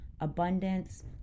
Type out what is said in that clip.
abundance